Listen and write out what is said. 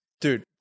Dude